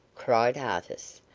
cried artis.